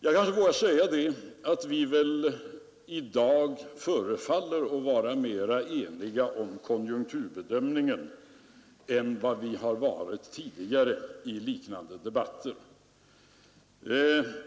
Jag vågar kanske säga att vi i dag förefaller att vara mer eniga om konjunkturbedömningen än vi har varit tidigare under liknande debatter.